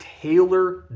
Taylor